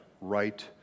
right